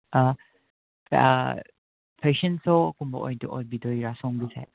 fashion ꯁꯣꯒꯨꯝꯕ ꯑꯣꯏꯗꯣꯏ ꯑꯣꯏꯕꯤꯗꯣꯏꯔꯥ ꯁꯣꯝꯒꯤꯁꯦ